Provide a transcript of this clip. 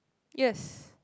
yes